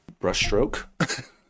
brushstroke